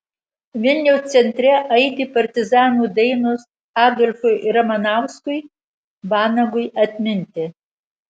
vilniaus centre aidi partizanų dainos adolfui ramanauskui vanagui atminti